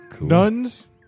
Nuns